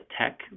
tech